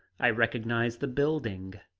i recognized the building.